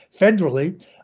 federally